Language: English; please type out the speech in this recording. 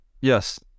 Yes